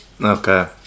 Okay